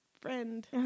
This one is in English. friend